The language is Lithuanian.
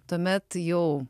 tuomet jau